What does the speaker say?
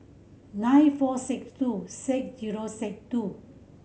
nine four six two six zero six two